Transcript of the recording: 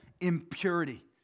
impurity